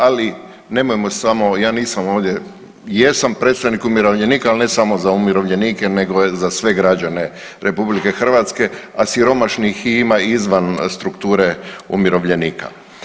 Ali nemojmo samo, ja nisam ovdje, jesam predstavnik umirovljenika ali ne samo za umirovljenike, nego za sve građane Republike Hrvatske, a siromašnih ima i izvan strukture umirovljenika.